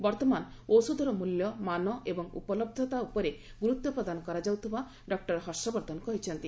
ବର୍ତ୍ତମାନ ଔଷଧର ମଲ୍ୟ ମାନ ଏବଂ ଉପଲହ୍ଜତା ଉପରେ ଗୁରୁତ୍ୱ ପ୍ରଦାନ କରାଯାଉଥିବା ଡକ୍ଟର ବର୍ଦ୍ଧନ କହିଛନ୍ତି